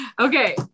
okay